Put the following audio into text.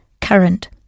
current